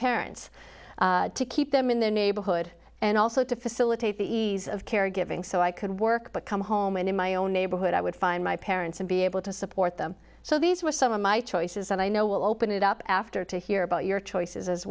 parents to keep them in the neighborhood and also to facilitate the ease of caregiving so i could work but come home and in my own neighborhood i would find my parents and be able to support them so these were some of my choices and i know will open it up after to hear about your choices as